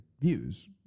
views